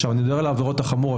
עכשיו, אני מדבר על העבירות החמורות.